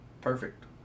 Perfect